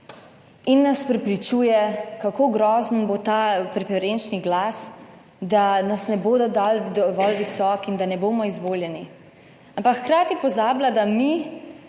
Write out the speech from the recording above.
in nas prepričuje, kako grozen bo ta preferenčni glas, da nas ne bodo dali dovolj visok in da ne bomo izvoljeni. Ampak hkrati pozablja, da mi